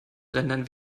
rendern